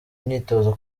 imyitozo